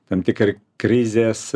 tam tikri krizės